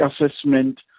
assessment